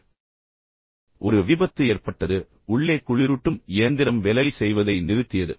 எனவே உடனடியாக ஒரு விபத்து ஏற்பட்டது விபத்து நடந்தது மற்றும் உள்ளே குளிரூட்டும் இயந்திரம் வேலை செய்வதை நிறுத்தியது